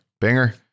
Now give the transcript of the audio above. Binger